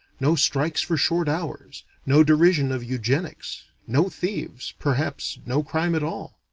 no strikes for short hours, no derision of eugenics, no thieves, perhaps no crime at all.